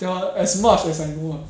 tell her as much as I know ah